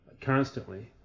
constantly